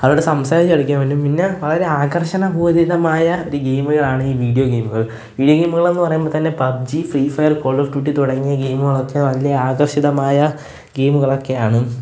അവരോട് സംസാരിച്ച് കളിക്കാൻ പറ്റും പിന്നെ ഒരു ആകർക്ഷണപൂരിതമായ ഗെയിം ആണീ വീഡിയോ ഗെയിമുകൾ വീഡിയോ ഗെയിമുകളെന്ന് പറയുമ്പോൾത്തന്നെ PUBG free fire call of duty തുടങ്ങിയ ഗെയിമുകളൊക്കെ വളരെ ആകർഷിതമായ ഗെയിമുകളൊക്കെയാണ്